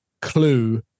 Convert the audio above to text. clue